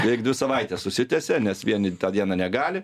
beveik dvi savaites užsitęsia nes vieni tą dieną negali